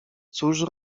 cóż